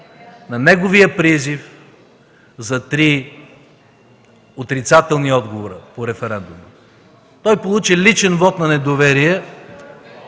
на неговия призив за три отрицателни отговора по референдума. Той получи личен вот на недоверие